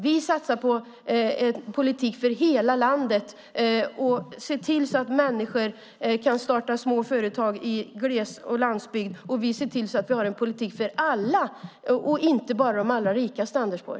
Vi satsar på en politik för hela landet och ser till att människor kan starta små företag i glesbygden och på landsbygden. Vi ser till att vi har en politik för alla, inte bara de allra rikaste, Anders Borg.